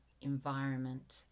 environment